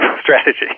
strategy